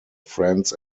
friends